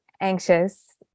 anxious